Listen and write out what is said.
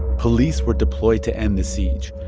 police were deployed to end the siege.